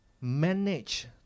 manage